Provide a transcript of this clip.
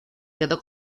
quedó